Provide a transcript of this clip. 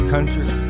country